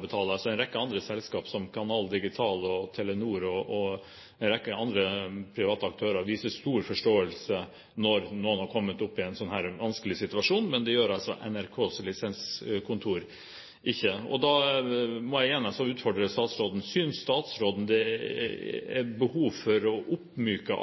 betale. Andre selskap som Canal Digital og Telenor og en rekke andre private aktører viser stor forståelse når noen har kommet opp i en slik vanskelig situasjon, men det gjør altså ikke NRKs lisenskontor. Da må jeg igjen utfordre statsråden: Synes statsråden det er behov for å oppmyke